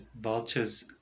vultures